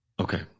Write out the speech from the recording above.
Okay